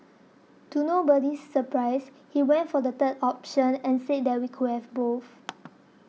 to nobody's surprise he went for the third option and said that we could have both